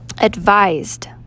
advised